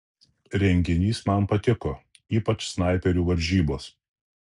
renginys man patiko ypač snaiperių varžybos